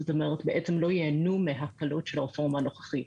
זאת אומרת בעצם הם לא ייהנו מההקלות של הרפורמה הנוכחית.